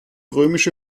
römische